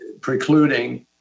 precluding